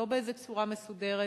לא באיזה צורה מסודרת,